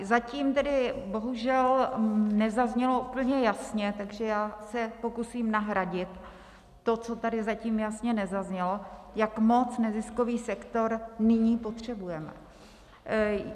Zatím tedy bohužel nezaznělo úplně jasně, takže já se pokusím nahradit to, co tady zatím jasně nezaznělo, jak moc neziskový sektor nyní potřebujeme.